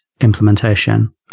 implementation